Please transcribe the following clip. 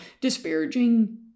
disparaging